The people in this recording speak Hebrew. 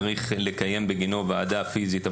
צריך לקיים בגינו ועדה פיזית,